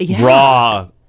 raw